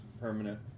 permanent